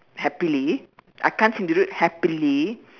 happily I can't seem to do it happily